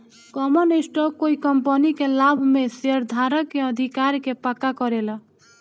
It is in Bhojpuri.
कॉमन स्टॉक कोइ कंपनी के लाभ में शेयरधारक के अधिकार के पक्का करेला